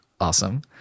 awesome